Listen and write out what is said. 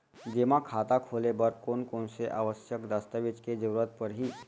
जेमा खाता खोले बर कोन कोन से आवश्यक दस्तावेज के जरूरत परही?